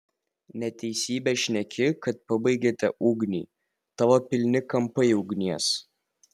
neteisybę šneki kad pabaigėte ugnį tavo pilni kampai ugnies